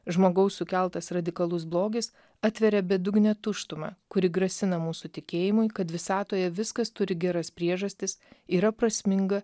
žmogaus sukeltas radikalus blogis atveria bedugnę tuštumą kuri grasina mūsų tikėjimui kad visatoje viskas turi geras priežastis yra prasminga